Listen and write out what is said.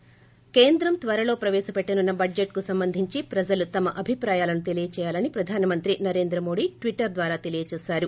ి కేంద్రం త్వరలో ప్రవేశపెట్లనున్న బడ్జెట్ కు సంబంధించి ప్రజలు తమ అభిప్రాయాలను తెలీయజేయాలని ప్రధానమంత్రి నరెంద్రమోదీ ట్విటర్ ద్వారా తెలీయచేసారు